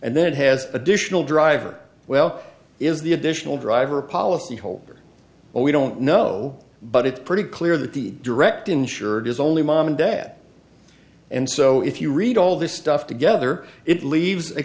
and then it has additional driver well is the additional driver a policy holder or we don't know but it's pretty clear that the direct insured is only mom and dad and so if you read all this stuff together it leaves a